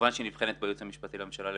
כמובן שהיא נבחנת בייעוץ המשפטי לממשלה לגופה.